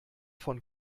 von